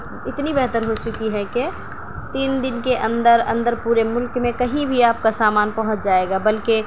اتنی بہتر ہو چکی ہے کہ تین دن کے اندر اندر پورے ملک میں کہیں بھی آپ کا سامان پہنچ جائے گا بلکہ